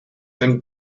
and